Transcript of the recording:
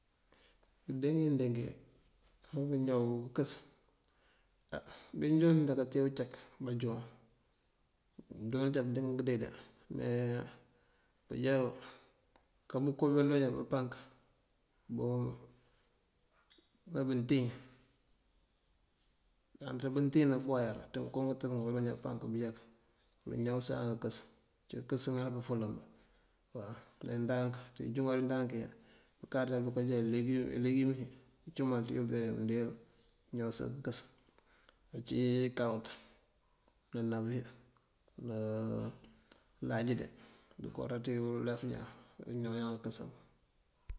Ngëënde ngiingëëndeengi pur ngúuñaw këënkës. Á bíindoo mbi kaka te ucak, banjáwu bëëndoonjá bëëndëëmb ngëënde, mee bëënjáa aka bëënko bíindi búunjáabi bëpank boŋ bá bëëntíiŋ antër bëëntíiŋ ná bëëmbúwer. Ţá ngënko ngëtëb biimbúujáabi bëpank bëëyek këëñawësan këënkës, uncí këënkës ŋal pëfëlëk waw. Meendank ţí unjúŋar ndankiyi bakáaţá buka jee ileengum iyi icumal ţiyel mëëndeeyël iñawës këënkës uncí karot, navet ná láaj dí dëkoo wara ţí uleef iñaan arondú ñaw iñaan këënkës.